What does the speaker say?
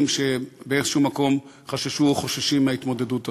שבאיזשהו מקום חששו או חוששים מההתמודדות הזאת.